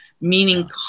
meaning